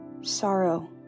Sorrow